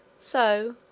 so,